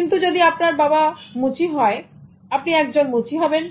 কিন্তু যদি আপনার বাবা মুচি হন আপনি একজন মুচি হবেন